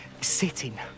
sitting